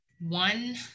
one